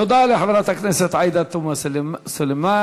תודה לחברת הכנסת עאידה תומא סלימאן.